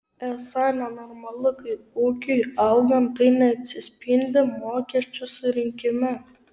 esą nenormalu kai ūkiui augant tai neatsispindi mokesčių surinkime